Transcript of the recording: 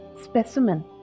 specimen